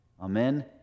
Amen